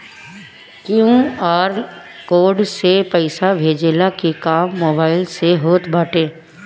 QR code से पईसा भेजला के काम मोबाइल से होत बाटे